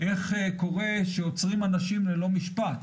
איך קורה שעוצרים אנשים ללא משפט?